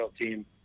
team